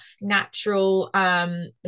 natural